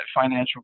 financial